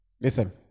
Listen